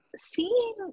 seeing